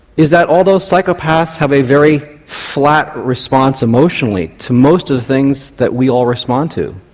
is that although psychopaths have a very flat response emotionally to most of the things that we all respond to,